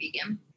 vegan